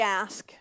ask